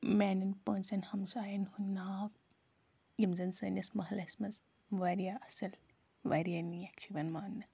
میٛانٮ۪ن پانٛژَن ہمسایَن ہُنٛد ناو یِم زَن سٲنِس محلَس منٛز واریاہ اَصٕل واریاہ نیک چھِ یِوان ماننہٕ